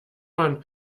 man